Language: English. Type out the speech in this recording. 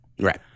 Right